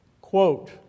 Quote